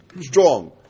strong